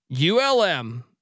ULM